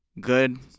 Good